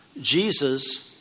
Jesus